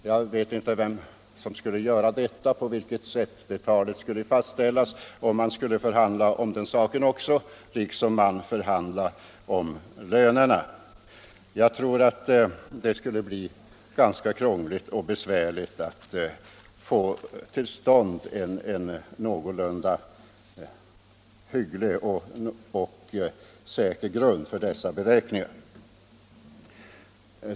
Jag vet inte vem som skulle göra detta och på vilket sätt det talet skulle fastställas, ifall man skulle förhandla om den saken liksom om lönerna. Jag tror att det skulle bli ganska krångligt och besvärligt att få till stånd en någorlunda hygglig och säker grund för dessa beräkningar.